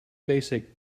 basic